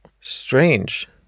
strange